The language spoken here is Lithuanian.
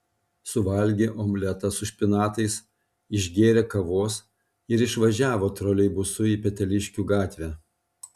suvalgė omletą su špinatais išgėrė kavos ir išvažiavo troleibusu į peteliškių gatvę